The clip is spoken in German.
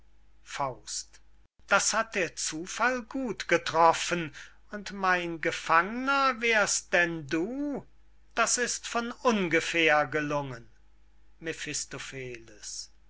offen das hat der zufall gut getroffen und mein gefangner wärst denn du das ist von ohngefähr gelungen